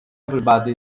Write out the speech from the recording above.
everybody